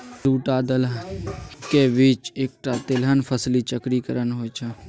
दूटा दलहनक बीच एकटा तेलहन फसली चक्रीकरण होए छै